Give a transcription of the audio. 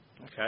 Okay